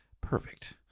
perfect